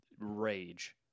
rage